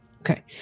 Okay